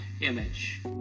image